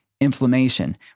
inflammation